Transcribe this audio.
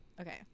okay